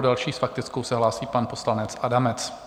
Další s faktickou se hlásí pan poslanec Adamec.